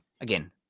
again